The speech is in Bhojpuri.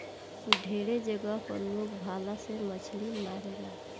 ढेरे जगह पर लोग भाला से मछली मारेला